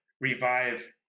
revive